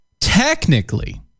technically